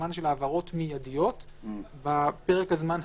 לקיומן של העברות מיידיות בפרק הזמן הקרוב.